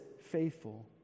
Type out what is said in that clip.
faithful